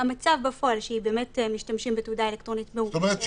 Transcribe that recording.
המצב בפועל הוא שבאמת משתמשים בתעודה אלקטרונית מאושרת.